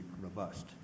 robust